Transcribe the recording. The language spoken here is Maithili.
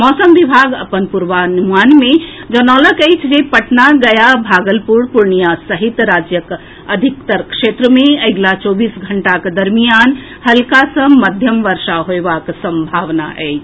मौसम विभाग अपन पूर्वानुमान मे जनौलक अछि जे पटना गया भागलपुर पूर्णियां सहित राज्यक अधिकतर क्षेत्र मे अगिला चौबीस घंटाक दरमियान हल्का सॅ मध्यम वर्षा होएबाक संभावना अछि